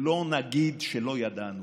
שלא נגיד שלא ידענו.